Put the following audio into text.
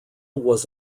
was